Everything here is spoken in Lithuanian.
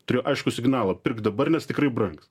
turėjo aiškų signalą pirk dabar nes tikrai brangs